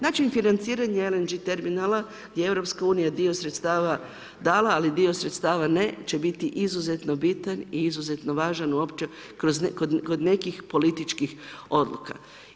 Način financiranja LNG terminala je EU je dio sredstava dala, ali dio sredstava ne će biti izuzetno bitan i izuzetno važan kod nekih političkih odluka.